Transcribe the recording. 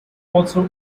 also